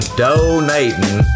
donating